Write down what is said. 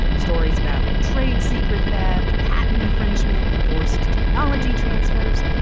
stories about trade secret theft, patent infringement, forced technology transfers.